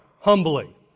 humbly